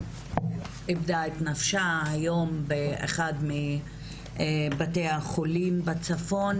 שאיבדה את נפשה באחד מבתי-החולים בצפון.